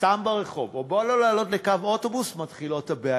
סתם ברחוב או לעלות לאוטובוס, הבעיות מתחילות.